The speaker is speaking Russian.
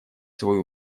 свою